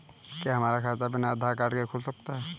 क्या हमारा खाता बिना आधार कार्ड के खुल सकता है?